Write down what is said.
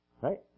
right